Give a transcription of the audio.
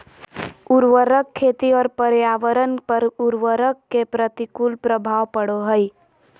उर्वरक खेती और पर्यावरण पर उर्वरक के प्रतिकूल प्रभाव पड़ो हइ